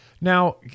Now